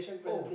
oh